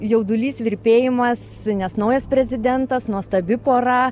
jaudulys virpėjimas nes naujas prezidentas nuostabi pora